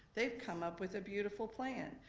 they've come up with a beautiful plan.